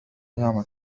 يعمل